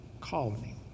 colony